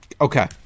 Okay